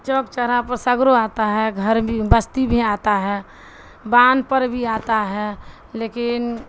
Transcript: چوک چھا پر سگروں آتا ہے گھر بھی بستی بھی آتا ہے باندھ پر بھی آتا ہے لیکن